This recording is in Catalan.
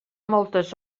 moltes